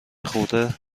خورده